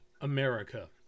America